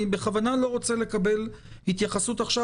אני בכוונה לא רוצה לקבל התייחסות עכשיו